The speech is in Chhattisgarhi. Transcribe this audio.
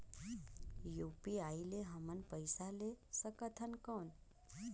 यू.पी.आई ले हमन पइसा ले सकथन कौन?